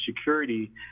security